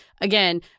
again